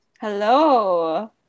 Hello